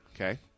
Okay